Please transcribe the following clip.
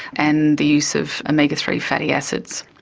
and the use of omega three fatty acids.